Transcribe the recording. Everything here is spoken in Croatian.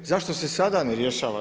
Zašto se sada ne rješava?